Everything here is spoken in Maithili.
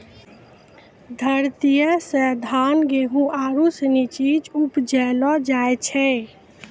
धरतीये से धान, गेहूं आरु सनी चीज उपजैलो जाय छै